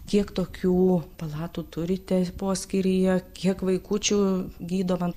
kiek tokių palatų turite poskyryje kiek vaikučių gydoma